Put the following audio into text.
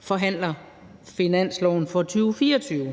forhandler finansloven for 2024.